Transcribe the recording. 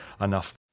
enough